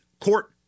court